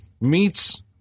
Meets